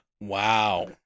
Wow